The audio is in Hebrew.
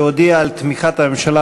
שהודיע על תמיכת הממשלה